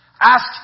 Ask